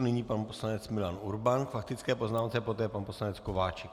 Nyní pan poslanec Milan Urban k faktické poznámce, poté pan poslanec Kováčik.